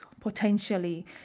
potentially